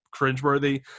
cringeworthy